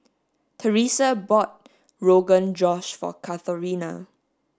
Teresa bought Rogan Josh for Katharina